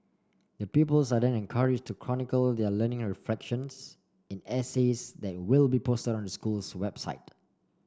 the pupils are then encouraged to chronicle their learning reflections in essays that will be posted on the school's website